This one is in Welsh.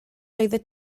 oeddet